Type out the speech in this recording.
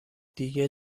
دیگه